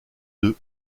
deux